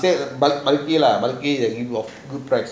take price